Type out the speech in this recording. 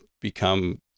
become